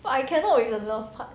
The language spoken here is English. but I cannot with love part